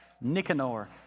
Nicanor